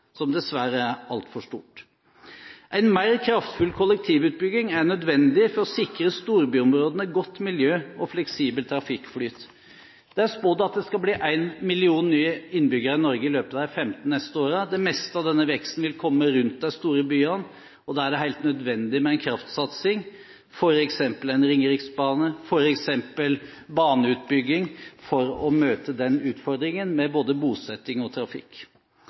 som dessverre er altfor stort. En mer kraftfull kollektivutbygging er nødvendig for å sikre storbyområdene godt miljø og fleksibel trafikkflyt. Det er spådd at det skal bli en million nye innbyggere i Norge i løpet av de neste 15 årene. Det meste av denne veksten vil komme rundt de store byene, og da er det helt nødvendig med en kraftsatsing – f.eks. en Ringeriksbane og f.eks. baneutbygging – for å møte denne utfordringen innen både bosetting og trafikk.